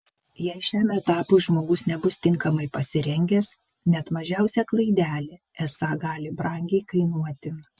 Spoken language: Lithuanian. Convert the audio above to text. jei šiam etapui žmogus nebus tinkamai pasirengęs net mažiausia klaidelė esą gali brangiai kainuoti